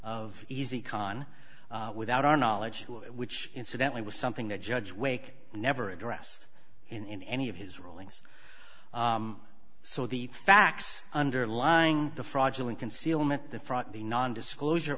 of easy con without our knowledge which incidentally was something that judge wake never addressed in any of his rulings so the facts underlying the fraudulent concealment the front the non disclosure